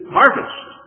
harvest